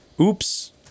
Oops